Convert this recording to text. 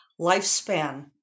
lifespan